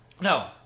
No